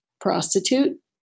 prostitute